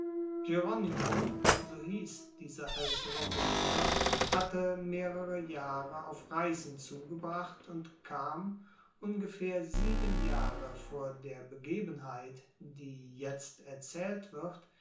so hieß dieser ältere bruder hatte mehrere jahre auf reisen zugebracht und kam ungefähr sieben jahre vor der begebenheit die jetzt erzählt wird